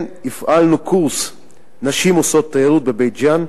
כן הפעלנו קורס "נשים עושות תיירות" בבית-ג'ן,